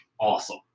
awesome